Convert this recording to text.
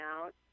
out